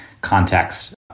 context